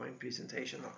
presentation